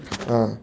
ah